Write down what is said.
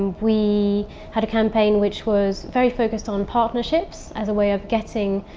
we had a campaign which was. very focused on partnerships as a way of getting,